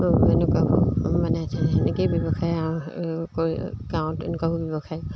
এনেকুৱাবোৰ মানে তেনেকেই ব্যৱসায় কৰি গাঁৱত এনেকুৱাবোৰ ব্যৱসায়